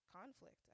conflict